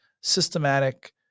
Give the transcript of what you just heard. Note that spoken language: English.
systematic